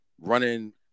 Running